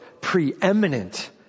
preeminent